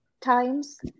times